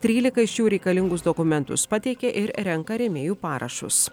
trylika iš jų reikalingus dokumentus pateikė ir renka rėmėjų parašus